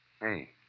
Hey